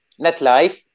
netlife